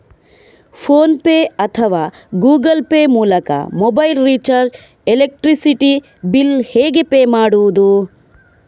Phone pay ಅಥವಾ Google Pay ಮೂಲಕ mobile recharge, electricity bill ಹೇಗೆ ಪೇ ಮಾಡುವುದು?